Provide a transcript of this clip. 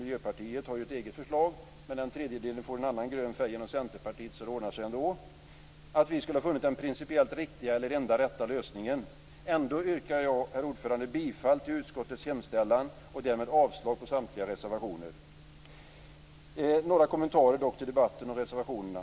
Miljöpartiet har ju ett eget förslag, men den tredjedelen får en annan grön färg inom Centerpartiet, så det ordnar sig ändå. Ändå yrkar jag, herr talman, bifall till utskottets hemställan och därmed avslag på samtliga reservationer. Några kommentarer dock till debatten om reservationerna.